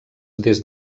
des